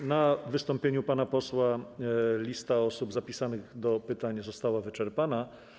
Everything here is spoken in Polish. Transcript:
Podczas wystąpienia pana posła lista osób zapisanych do pytań została wyczerpana.